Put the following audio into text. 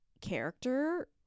character